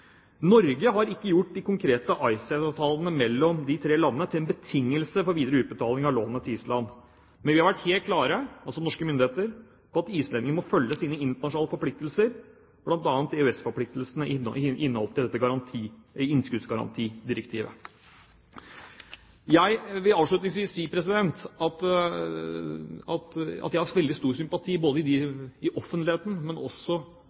Norge har ikke gjort de konkrete IceSave-avtalene mellom de tre landene til en betingelse for videre utbetaling av lånet til Island. Men norske myndigheter har vært helt klare på at islendingene må følge sine internasjonale forpliktelser, bl.a. EØS-forpliktelser i henhold til innskuddsgarantidirektivet. Jeg vil avslutningsvis si at jeg har veldig stor sympati – både i offentligheten og også her i salen – for Kristelig Folkepartis prisverdige engasjement for vårt broderfolk på Island. Men